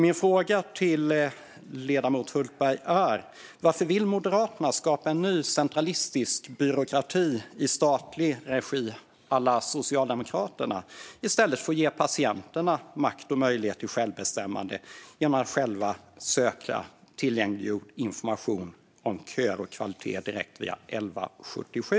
Min fråga till ledamoten Hultberg är alltså: Varför vill Moderaterna skapa en ny centralistisk byråkrati i statlig regi à la Socialdemokraterna i stället för att ge patienterna makt och självbestämmande genom en möjlighet att själva söka tillgänglig information om köer och kvalitet direkt via 1177?